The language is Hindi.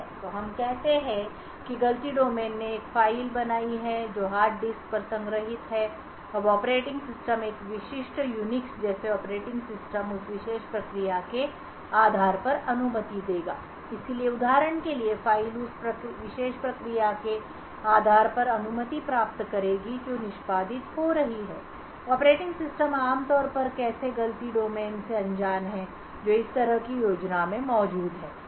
तो हम कहते हैं कि एक गलती डोमेन ने एक फ़ाइल बनाई है जो हार्ड डिस्क पर संग्रहीत है अब ऑपरेटिंग सिस्टम एक विशिष्ट यूनिक्स जैसे ऑपरेटिंग सिस्टम उस विशेष प्रक्रिया के आधार पर अनुमति देगा इसलिए उदाहरण के लिए फ़ाइल उस विशेष प्रक्रिया के आधार पर अनुमति प्राप्त करेगी जो निष्पादित हो रही है ऑपरेटिंग सिस्टम आमतौर पर ऐसे गलती डोमेन से अनजान है जो इस तरह की योजना में मौजूद हैं